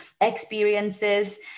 experiences